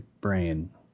brain